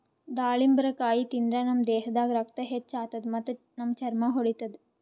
ದಾಳಿಂಬರಕಾಯಿ ತಿಂದ್ರ್ ನಮ್ ದೇಹದಾಗ್ ರಕ್ತ ಹೆಚ್ಚ್ ಆತದ್ ಮತ್ತ್ ನಮ್ ಚರ್ಮಾ ಹೊಳಿತದ್